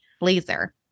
Laser